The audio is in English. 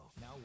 now